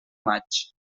maig